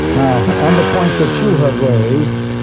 on the point that you have raised,